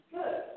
Good